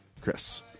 Chris